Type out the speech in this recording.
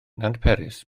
nantperis